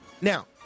Now